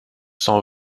cent